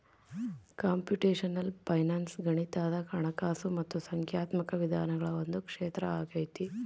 computational finance ಗಣಿತದ ಹಣಕಾಸು ಮತ್ತು ಸಂಖ್ಯಾತ್ಮಕ ವಿಧಾನಗಳ ಒಂದು ಕ್ಷೇತ್ರ ಆಗೈತೆ